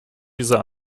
dieser